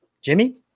Jimmy